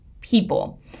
people